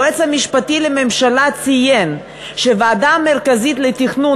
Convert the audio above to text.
היועץ המשפטי לממשלה ציין שלוועדה המרכזית לתכנון